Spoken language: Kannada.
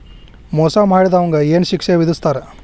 ಮೋಸಾ ಮಾಡಿದವ್ಗ ಏನ್ ಶಿಕ್ಷೆ ವಿಧಸ್ತಾರ?